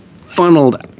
funneled